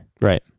Right